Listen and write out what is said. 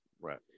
Right